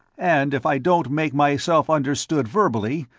and if i don't make myself understood verbally,